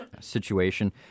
situation